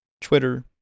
Twitter